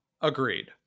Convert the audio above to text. Agreed